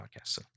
podcast